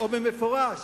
או במפורש,